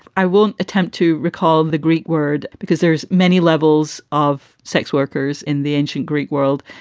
i will attempt to recall the greek word because there's many levels of sex workers in the ancient greek world.